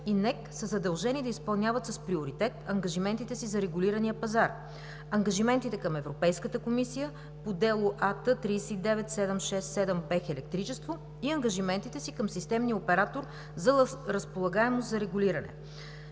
и НЕК са задължени да изпълняват с приоритет ангажиментите си за регулирания пазар, ангажиментите към Европейската комисия по дело АТ.39767-БЕХ електричество, и ангажиментите си към системния оператор за разполагаемост за регулиране.